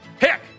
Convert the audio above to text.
heck